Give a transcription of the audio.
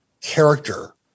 character